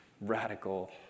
radical